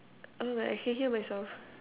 oh my I can hear myself